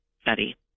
study